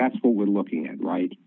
that's what we're looking at right